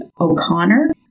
O'Connor